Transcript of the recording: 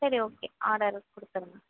சரி okay order கொடுத்துடுங்க